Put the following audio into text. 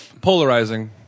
Polarizing